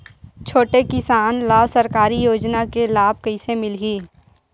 छोटे किसान ला सरकारी योजना के लाभ कइसे मिलही?